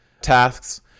tasks